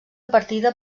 partida